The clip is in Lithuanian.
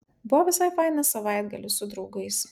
buvo visai fainas savaitgalis su draugais